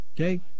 okay